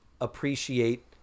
appreciate